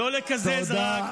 לא לקזז רק,